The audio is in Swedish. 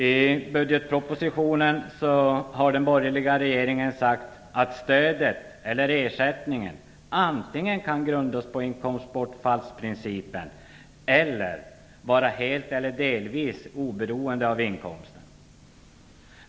I budgetpropositionen har den borgerliga regeringen sagt att ersättningen antingen kan grundas på inkomstbortfallsprincipen eller vara helt eller delvis oberoende av inkomsten.